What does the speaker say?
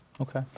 Okay